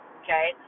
okay